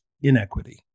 inequity